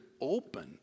open